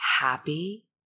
happy